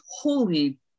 holy